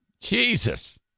Jesus